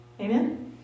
Amen